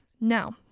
Now